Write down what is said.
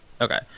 Okay